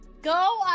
Go